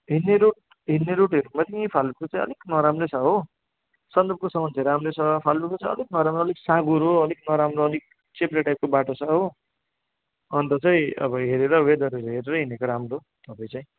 हिँड्ने रुट हिँड्ने रुटहरू पनि फालुटको चाहिँ अलिक नराम्रै छ हो सन्दकपूसम्म चाहिँ राम्रै छ फालुटको चाहिँ अलिक नराम्रो अलिक साँघुरो अलिक नराम्रो अलिक चेप्रे टाइपको बाटो छ हो अन्त चाहिँ अब हेरेर वेदरहरू हेरेर हिँडेको राम्रो तपाईँ चाहिँ